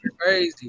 crazy